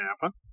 happen